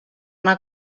anar